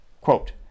quote